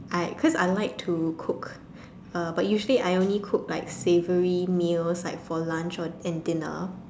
I cause I like to cook uh but usually I only cook like savoury meals like for lunch or and dinner